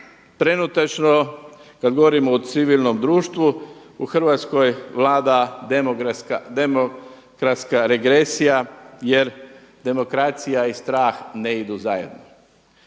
trenutačno kada govorimo o civilnom društvu u Hrvatskoj vlada demokratska regresija jer demokracija i strah ne idu zajedno.